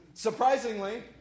Surprisingly